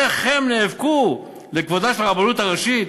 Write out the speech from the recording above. איך הם נאבקו לכבודה של הרבנות הראשית,